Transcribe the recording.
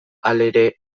halere